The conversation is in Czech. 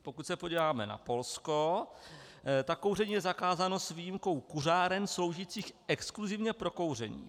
Pokud se podíváme na Polsko, tak kouření je zakázáno s výjimkou kuřáren sloužících exkluzivně pro kouření.